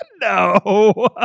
No